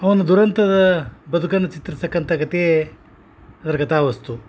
ಅವನ ದುರಂತದ ಬದುಕನ್ನು ಚಿತ್ರಿಸ್ತಕ್ಕಂಥ ಕತೆಯೇ ಅದ್ರ ಕಥಾವಸ್ತು